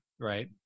right